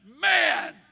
man